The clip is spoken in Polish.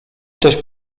ktoś